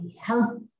help